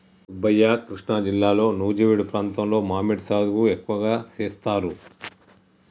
సుబ్బయ్య కృష్ణా జిల్లాలో నుజివీడు ప్రాంతంలో మామిడి సాగు ఎక్కువగా సేస్తారు